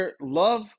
love